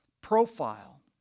profile